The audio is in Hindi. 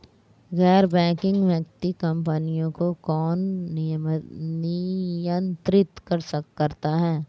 गैर बैंकिंग वित्तीय कंपनियों को कौन नियंत्रित करता है?